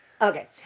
Okay